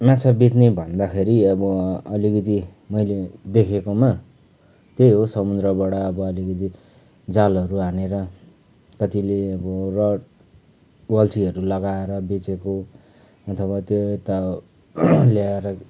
माछा बेच्ने भन्दाखेरि अब अलिकति मैले देखेकोमा त्यही हो समुद्रबाट अब अलिकति जालहरू हानेर कतिले अब रड बल्छीहरू लगाएर बेचेको अथवा त्यो यता ल्याएर